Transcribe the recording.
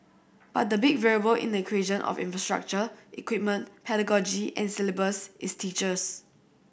but the big variable in the equation of infrastructure equipment pedagogy and syllabus is teachers